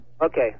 Okay